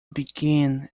begin